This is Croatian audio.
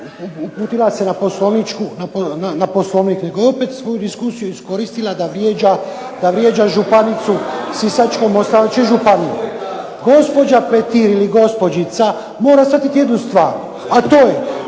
uputila se na Poslovnik, nego je opet svoju diskusiju iskoristila da vrijeđa županicu Sisačko-moslavačke županije. Gospođa Petir ili gospođica mora shvatiti jednu stvar, a to je